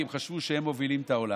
כי הם חשבו שהם מובילים את העולם,